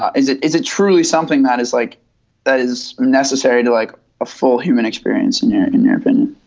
ah is it is it truly something that is like that is necessary to like a full human experience and yet and yeah and